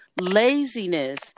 laziness